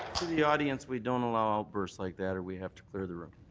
the audience, we don't allow outbursts like that or we have to clear the room.